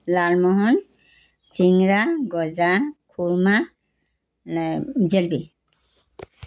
লালমহন চিংৰা গজা খুৰমা জেলবি